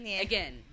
again